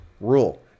rule